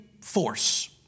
force